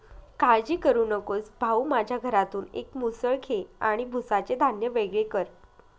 काळजी करू नकोस भाऊ, माझ्या घरातून एक मुसळ घे आणि भुसाचे धान्य वेगळे कर